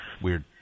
Weird